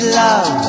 love